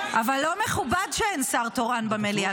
בניגוד ------ אבל לא מכובד שאין שר תורן במליאה.